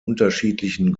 unterschiedlichen